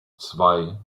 zwei